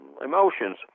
emotions